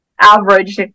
average